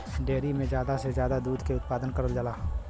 dairy में जादा से जादा दुधे के उत्पादन करल जाला